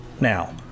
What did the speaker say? Now